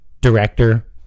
director